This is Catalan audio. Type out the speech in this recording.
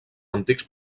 antics